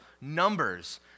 numbers